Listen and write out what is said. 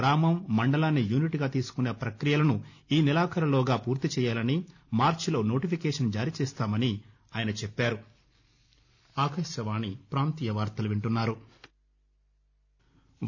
గ్రామం మండలాన్ని యూనిట్గా తీసుకునే ప్రకియలను ఈ నెలాఖరులోగా పూర్తి చేయాలని మార్చిలో నోటిఫికేషన్ జారీ చేస్తామని ఆయన చెప్పారు